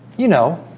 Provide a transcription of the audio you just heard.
you know